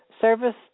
Service